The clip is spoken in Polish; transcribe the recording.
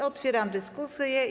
Otwieram dyskusję.